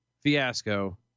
fiasco